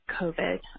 COVID